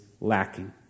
lacking